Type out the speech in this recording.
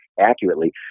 accurately